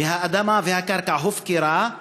והאדמה והקרקע הופקרו,